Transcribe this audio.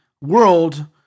world